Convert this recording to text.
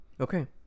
Okay